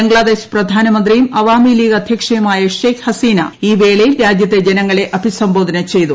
ബംഗ്ലാദേശ് പ്രധാനമന്ത്രിയും ആവാമി ലീഗ് അധ്യക്ഷയുമായ ഷെയ്ക്ക് ഹസീന ഈ വേളയിൽ രാജ്യത്തെ ജനങ്ങളെ അഭിസംബോധന ചെയ്തു